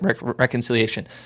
reconciliation